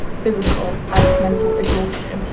physical, and mental exhaustion,